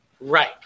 Right